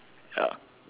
ya